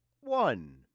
one